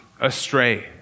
astray